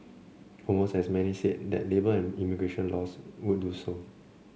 almost as many said that labour and immigration laws would do so